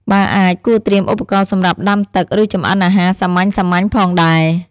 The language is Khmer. បើអាច គួរត្រៀមឧបករណ៍សម្រាប់ដាំទឹក ឬចម្អិនអាហារសាមញ្ញៗផងដែរ។